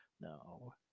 no